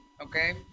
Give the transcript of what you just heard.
Okay